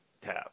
tab